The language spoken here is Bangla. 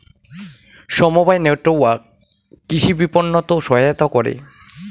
সমবায় নেটওয়ার্ক কৃষি বিপণনত সহায়তা করে